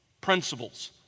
Principles